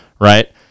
right